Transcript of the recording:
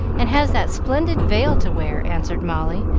and has that splendid veil to wear, answered molly,